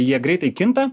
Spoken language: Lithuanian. jie greitai kinta